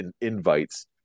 invites